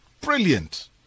Brilliant